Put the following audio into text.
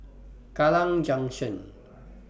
Kallang Junction